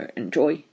enjoy